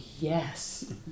yes